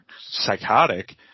psychotic